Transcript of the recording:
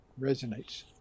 Resonates